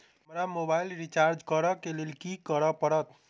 हमरा mobile recharge करऽ केँ लेल की करऽ पड़त?